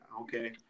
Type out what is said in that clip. Okay